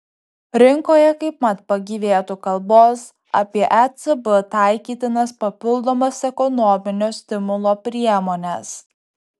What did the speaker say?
rinkoje kaip mat pagyvėtų kalbos apie ecb taikytinas papildomas ekonominio stimulo priemones